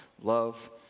love